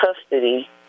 custody